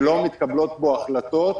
שלא מתקבלות בו החלטות,